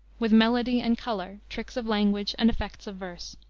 with melody and color, tricks of language, and effects of verse.